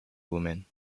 women